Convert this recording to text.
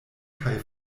kaj